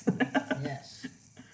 Yes